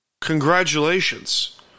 congratulations